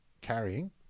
carrying